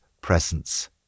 presence